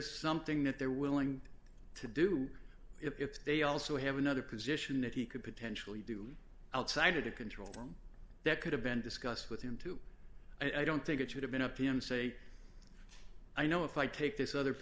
is something that they're willing to do if they also have another position that he could potentially do outside of the control room that could have been discussed with him too i don't think it should have been up to him say i know if i take this other